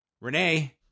Renee